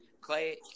Clay